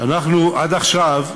עד עכשיו,